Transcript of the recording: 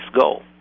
goal